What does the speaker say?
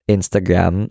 Instagram